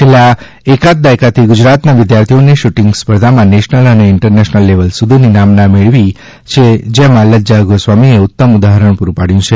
છેલ્લા એકાદ દાયકાથી ગુજરાતના વિધાર્થીઓએ શુટીંગ સ્પર્ધામાં નેશનલ અને ઇંટરનેશન લેવલ સુધીની નામના મેળવી છે જેમાં લજ્જા ગોસ્વામીએ ઉત્તમ ઉદાહરણ પુરુ પાડ્યું છે